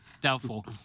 Doubtful